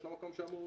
יש לו מקום שמור.